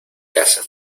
casa